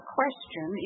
question